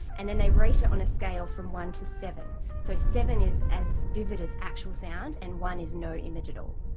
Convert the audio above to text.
and then they rate it on a scale from one to seven. so seven is as vivid as actual sound and one is no image at all.